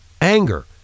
anger